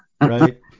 right